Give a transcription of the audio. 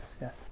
yes